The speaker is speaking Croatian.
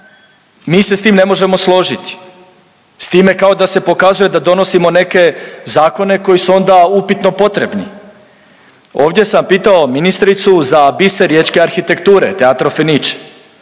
mi se s tim ne možemo složiti, s time kao da se pokazuje da donosimo neke zakone koji su onda upitno potrebni. Ovdje sam pitao ministricu za biser riječke arhitekture, Teatro Fenice,